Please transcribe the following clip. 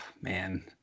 man